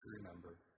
remember